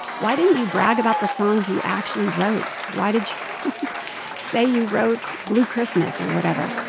why didn't you brag about the songs you actually wrote? why did you say you wrote blue christmas or whatever?